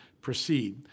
proceed